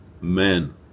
men